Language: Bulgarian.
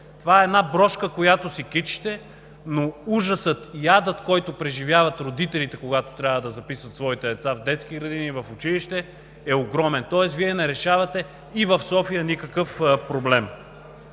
Това е една брошка, която си кичите, но ужасът и адът, който преживяват родителите, когато трябва да записват своите деца в детски градини и в училище, е огромен, тоест Вие не решавате и в София никакъв проблем.